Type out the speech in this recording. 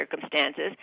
circumstances